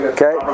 Okay